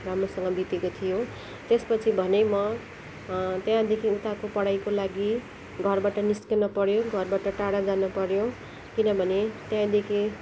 राम्रोसँग बितेको थियो त्यसपछि भने म त्यहाँदेखि उताको पढाइको लागि घरबाट निस्कन पऱ्यो घरबाट टाढा जानपऱ्यो किनभने त्यहाँदेखि